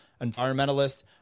environmentalists